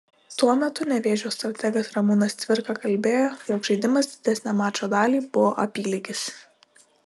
tuo metu nevėžio strategas ramūnas cvirka kalbėjo jog žaidimas didesnę mačo dalį buvo apylygis